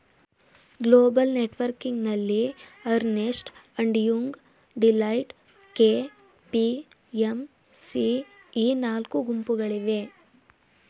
global ನೆಟ್ವರ್ಕಿಂಗ್ನಲ್ಲಿ Ernst and Young, Deloitte, KPMG ಈ ನಾಲ್ಕು ಗುಂಪುಗಳಿವೆ